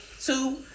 two